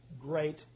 great